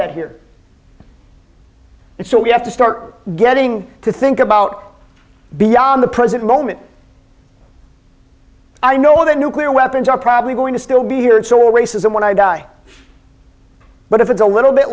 that here and so we have to start getting to think about beyond the present moment i know the nuclear weapons are probably going to still be here it's all racism when i die but if it's a little bit